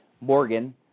Morgan